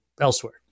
elsewhere